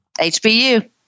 HBU